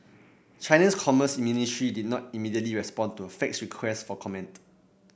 China's commerce ministry did not immediately respond to a faxed request for comment